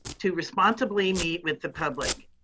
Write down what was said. to responsibly meet with the public.